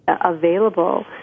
available